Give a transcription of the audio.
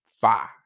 five